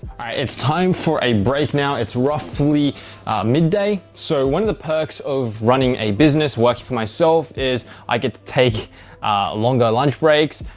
it's time for a break now. it's roughly midday. so one of the perks of running a business, working for myself is i get to take a longer lunch breaks.